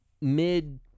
mid